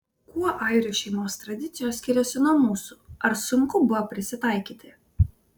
kuo airių šeimos tradicijos skiriasi nuo mūsų ar sunku buvo prisitaikyti